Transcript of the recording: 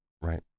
Right